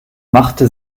machte